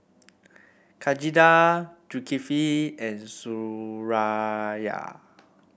Zulkifli and Suraya